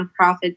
nonprofit